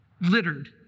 littered